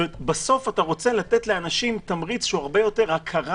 בסוף אתה רוצה לתת לאנשים תמריץ שהוא הרבה יותר הכרה